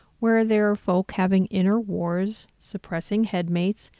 where their folk having inner wars, suppressing head mates,